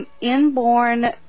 Inborn